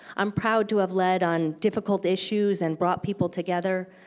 um proud to have led on difficult issues and brought people together.